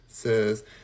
Says